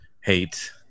hate